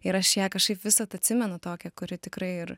ir aš ją kažkaip visad atsimenu tokią kuri tikrai ir